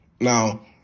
Now